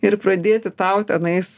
ir pradėti tau tenais